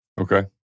Okay